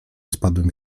spadłym